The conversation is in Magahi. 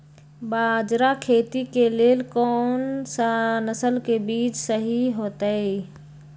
बाजरा खेती के लेल कोन सा नसल के बीज सही होतइ?